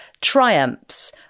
triumphs